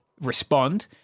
respond